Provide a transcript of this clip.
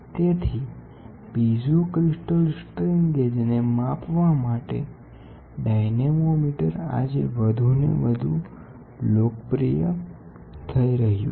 તેથીપીઝો crystal strain ગેજને માપવા માટે પીઝો ક્રિસ્ટલ ડાયનામોમીટર આજે વધુને વધુ લોકપ્રિય થઈ રહ્યું છે